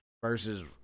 versus